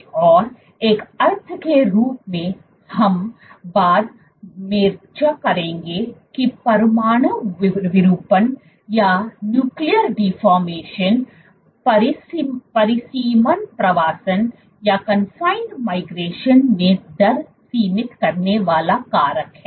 और एक अर्थ के रूप में हम बाद मेंचर्चा करेंगे कि परमाणु विरूपण परिसीमन प्रवासन में दर सीमित करने वाला कारक है